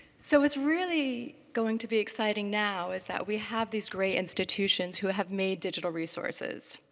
so what's really going to be exciting now is that we have these great institutions who have made digital resources.